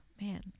man